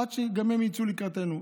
עד שגם הם יצאו לקראתנו.